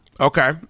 Okay